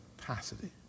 capacity